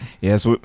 Yes